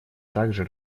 также